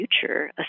future